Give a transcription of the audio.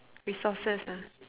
resources ah